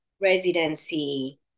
residency